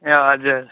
ए हजुर